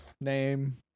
Name